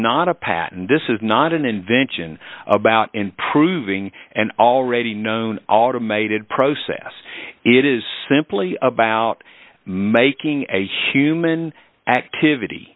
a patent this is not an invention about improving an already known automated process it is simply about making a human activity